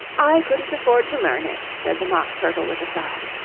i couldn't afford to learn it said the mock turtle with a sigh.